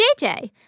JJ